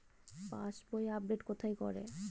পাসবই update কোথায় করে?